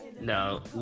No